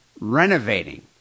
renovating